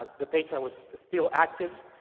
ah the page i was still active,